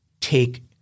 take